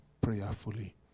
prayerfully